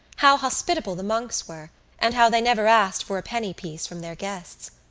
how hospitable the monks were and how they never asked for a penny-piece from their guests.